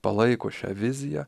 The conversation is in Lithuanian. palaiko šią viziją